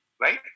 right